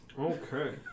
Okay